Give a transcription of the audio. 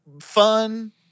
fun